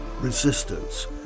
resistance